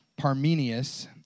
Parmenius